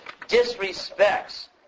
disrespects